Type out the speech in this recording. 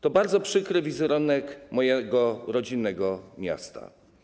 To bardzo przykry wizerunek mojego rodzinnego miasta.